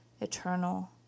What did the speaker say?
eternal